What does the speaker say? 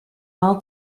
all